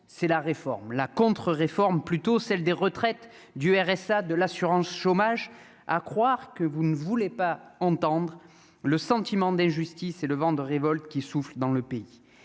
c'est la réforme la contre-réforme plutôt celle des retraites, du RSA de l'assurance chômage à croire que vous ne voulez pas entendre le sentiment d'injustice et le vent de révolte qui souffle dans le pays,